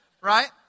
Right